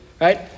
Right